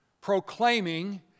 proclaiming